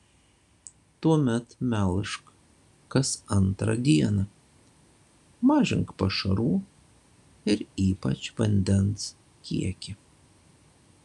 tuomet melžk kas antrą dieną mažink pašarų ir ypač vandens kiekį